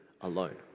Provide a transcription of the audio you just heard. alone